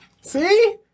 See